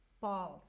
false